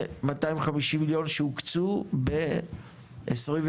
ו-250 מיליון שהוקצו ב-2022?